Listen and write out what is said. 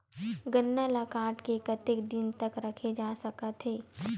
गन्ना ल काट के कतेक दिन तक रखे जा सकथे?